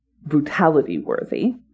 brutality-worthy